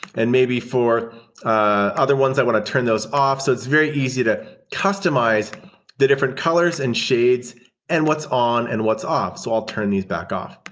and maybe for other ones i want to turn those off. so it's very easy to customize the different colors and shades and what's on and what's off. so i'll turn these back off.